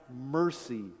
mercy